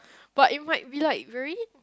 but it might be like very